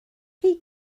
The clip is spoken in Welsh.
chi